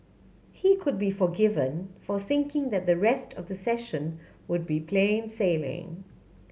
he could be forgiven for thinking that the rest of the session would be plain sailing